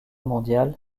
mondiale